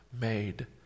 made